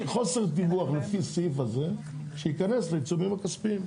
חוסר דיווח לפי הסעיף הזה שייכנס לעיצומים הכספיים.